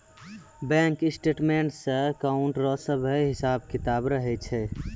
bank statements मे account रो सभे हिसाब किताब रहै छै